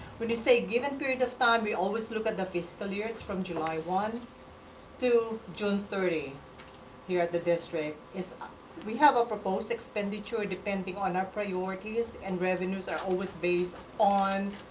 when you say given period of time, we always look at the fiscal year. it's from july one to june thirty here at the district. it's ah we have a proposed expenditure depending on our priorities and revenues are always based on,